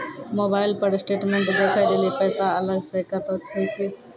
Mobile पर statement देखे लेली पैसा अलग से कतो छै की?